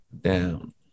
down